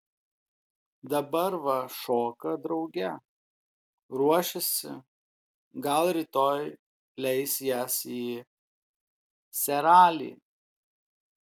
dabar va šoka drauge ruošiasi gal rytoj leis jas į seralį